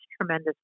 tremendous